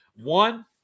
One